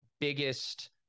biggest